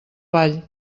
ball